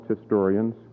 historians